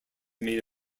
made